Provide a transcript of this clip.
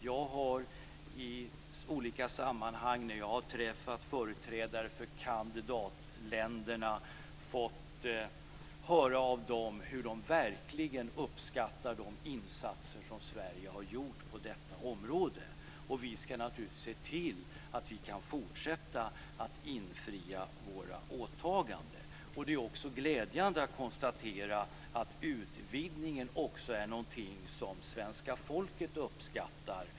Jag har i olika sammanhang när jag har träffat företrädare för kandidatländerna fått höra av dem att de verkligen uppskattar de insatser som Sverige har gjort på detta område. Vi ska naturligtvis se till att vi kan fortsätta att infria våra åtaganden. Det är också glädjande att konstatera att utvidgningen är någonting som svenska folket uppskattar.